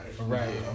Right